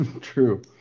True